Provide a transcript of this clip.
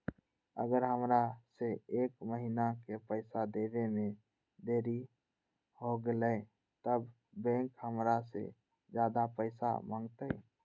अगर हमरा से एक महीना के पैसा देवे में देरी होगलइ तब बैंक हमरा से ज्यादा पैसा मंगतइ?